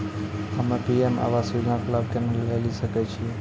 हम्मे पी.एम आवास योजना के लाभ केना लेली सकै छियै?